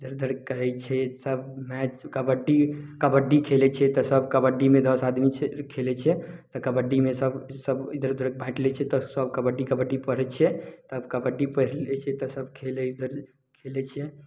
इधर कहै छै सब राति कबड्डी कबड्डी खेलै छियै तऽ सब कबड्डीमे दस आदमी खेलै छियै तऽ कबड्डीमे सब इधर उधर बाँटि लै छियै तऽ सब कबड्डी कबड्डी पढ़ै छियै सब कबड्डी पढ़ि लै छियै तऽ सब खेलै घड़ी खेलै छियै